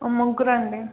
ముగ్గురండి